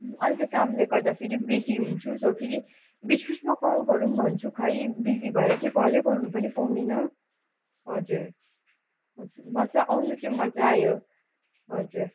अहिले त कामले गर्दाखेरि बिजी हुन्छु फेरि बिच बिचमा कल गरौँ भन्छु खोइ बिजी भएर कलै गर्नु पनि पाउँदिनँ हजुर हजुर मजा आउनु चाहिँ मजा आयो हजुर